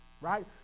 right